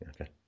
Okay